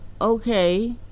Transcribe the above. okay